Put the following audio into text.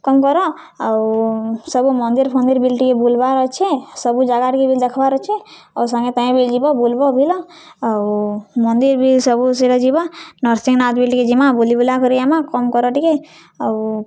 କମ୍ କର ଆଉ ସବୁ ମନ୍ଦିର୍ ଫନ୍ଦିର୍ ବି ଟିକେ ବୁଲ୍ବାର୍ ଅଛେ ସବୁ ଜାଗାଟିକେ ବି ଦେଖ୍ବାର୍ ଅଛେ ଆଉ ସାଙ୍ଗେ ତମେ ବି ଯିବ ବୁଲ୍ବ ବିଲ ଆଉ ମନ୍ଦିର୍ ବି ସବୁ ସେଟା ଯିବ ନରସିଂହନାଥ୍ ବି ଟିକେ ଯିମା ବୁଲି ବୁଲା କରି ଆମ କମ୍ କର ଟିକେ ଆଉ